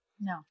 No